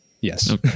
yes